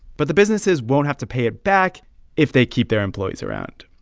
but the businesses won't have to pay it back if they keep their employees around.